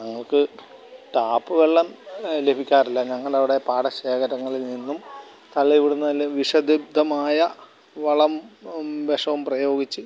ഞങ്ങള്ക്ക് ടാപ്പ് വെള്ളം ലഭിക്കാറില്ല ഞങ്ങളുടെ അവിടെ പാട ശേഖരങ്ങളില്നിന്നും അല്ലെങ്കില് ഇവിടുന്നല്ലേ വിഷധിബ്ധമായ വളം വിഷം പ്രയോഗിച്ച്